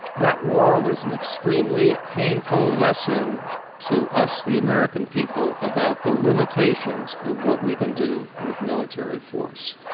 that war was an extremely painful lesson to us, the american people, about the limitations of what we can do with military force.